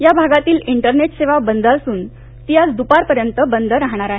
या भागातील इंटरनेट सेवा बंद असून ती आज दुपारपर्यंत बंद राहणार आहे